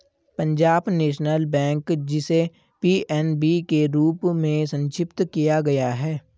Punjab national bank, जिसे PNB के रूप में संक्षिप्त किया गया है